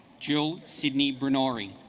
jill sydney brenner ii